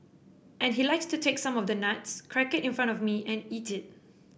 and he likes to take some of the nuts crack it in front of me and eat it